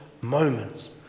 moments